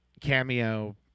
cameo